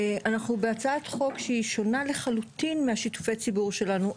אנחנו בהצעת חוק שהיא שונה לחלוטין משיתופי הציבור שלנו.